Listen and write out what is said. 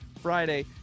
Friday